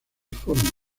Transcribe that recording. formas